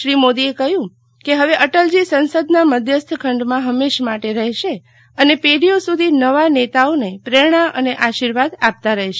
શ્રી મો દીએ કહ્યું કે હવે અટલજી સંસદના મધ્યસ્થ ખંડમાં હંમેશ માટે રહેશે અને પે ઢીઓ સુધી નવા ને તાઓ ને પ્રેરણા અને આશિવા દ આપતા રહેશે